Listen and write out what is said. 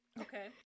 Okay